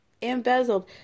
embezzled